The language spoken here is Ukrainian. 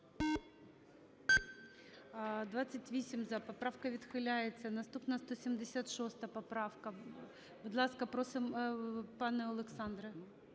За-28 Поправка відхиляється. Наступна 176 поправка. Будь ласка, просимо, пане Олександре.